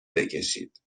بکشید